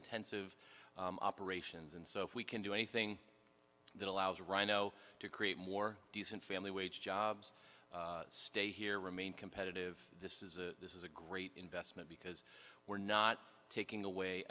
tense of operations and so if we can do anything that allows rhino to create more decent family wage jobs stay here remain competitive this is a this is a great investment because we're not taking away